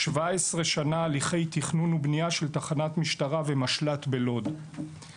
17 שנה הליכי תכנון ובנייה של תחנת משטרה ומשל"ט בלוד;